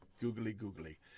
googly-googly